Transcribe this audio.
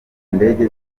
ndege